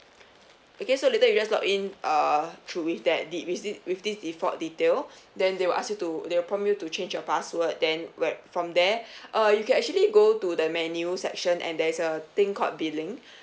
okay so later you guys log in uh through with that thi~ with this with this default detail then they will ask you to they will prompt you to change your password then whe~ from there uh you can actually go to the menu section and there's a thing called billing